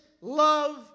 love